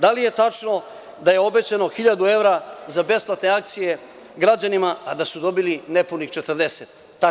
Da li je tačno da je obećano hiljadu evra za besplatne akcije građanima, a da su dobili nepunih četrdeset?